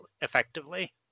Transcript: effectively